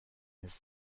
his